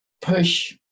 push